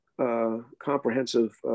comprehensive